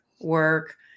work